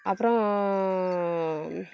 அப்புறோம்